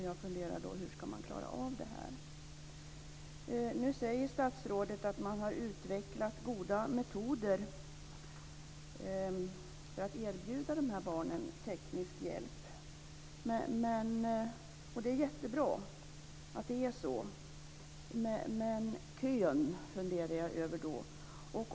Jag funderar över hur man skall klara av detta. Statsrådet säger att man har utvecklat goda metoder för att erbjuda de här barnen teknisk hjälp. Det är jättebra men köerna funderar jag, som sagt, över.